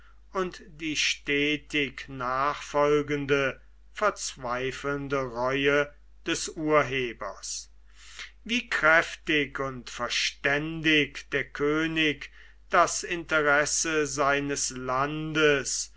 und die stetig nachfolgende verzweifelnde reue des urhebers wie kräftig und verständig der könig das interesse seines landes